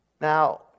Now